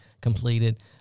completed